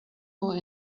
more